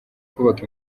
kubaka